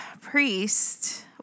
priest